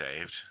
saved